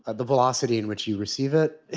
ah the velocity in which you receive it,